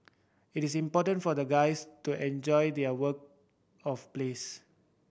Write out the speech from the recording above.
it is important for the guys to enjoy their work of place